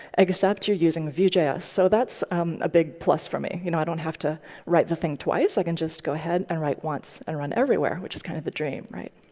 except you're using vue js. so that's a big plus for me. you know i don't have to write the thing twice. i can just go ahead and write once and run everywhere, which is kind of the dream, right?